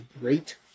great